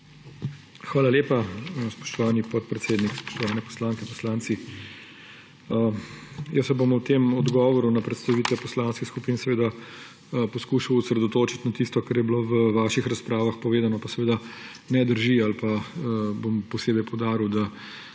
Hvala lepa, spoštovani podpredsednik. Spoštovani poslanke, poslanci! Jaz se bom v tem odgovoru na predstavitve poslanskih skupin poskušal osredotočiti na tisto, kar je bilo v vaših razpravah povedano, pa ne drži, ali pa bom posebej poudaril, da